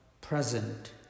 present